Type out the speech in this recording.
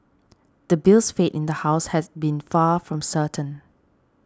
the bill's fate in the House had been far from certain